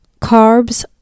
carbs